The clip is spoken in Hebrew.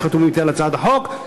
שחתומים אתי על הצעת החוק.